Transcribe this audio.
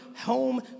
home